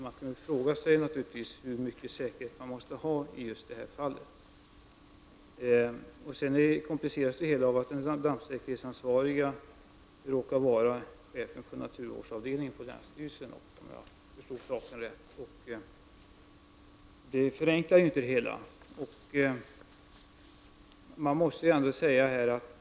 Man kan naturligtvis fråga sig hur stor säkerhet som behövs i det här fallet. Det hela kompliceras av att den dammsäkerhetsansvarige råkar vara chefen för naturvårdsavdelningen på länsstyrelsen, om jag har förstått det rätt. Det förenklar ju inte saken.